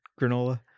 granola